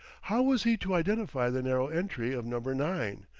how was he to identify the narrow entry of number nine,